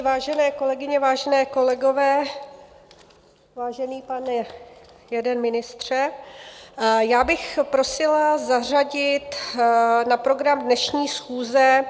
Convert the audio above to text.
Vážené kolegyně, vážení kolegové, vážený pane jeden ministře, já bych prosila zařadit na program dnešní schůze